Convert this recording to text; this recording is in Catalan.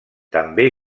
també